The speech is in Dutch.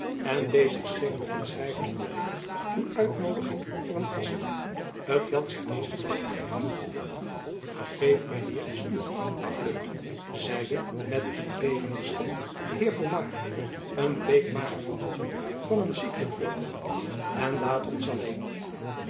en bezig scheen met het schrijven van brieven van uitnoodiging voor een gastmaal t welk zijn meester dacht te geven geef mijn heer een stoel la fleur zeide met een bevende stem de heer pomard een bleek mager mannetjen van een ziekelijk voorkomen en laat ons alleen